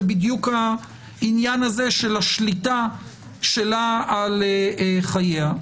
בדיוק העניין הזה של השליטה שלה על חייה.